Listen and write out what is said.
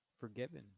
forgiven